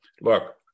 look